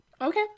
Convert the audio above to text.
Okay